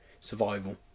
survival